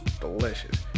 delicious